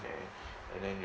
there and then you